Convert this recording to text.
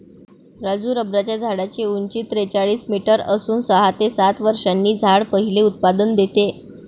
राजू रबराच्या झाडाची उंची त्रेचाळीस मीटर असून सहा ते सात वर्षांनी झाड पहिले उत्पादन देते